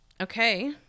Okay